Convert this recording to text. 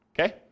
Okay